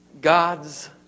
God's